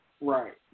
Right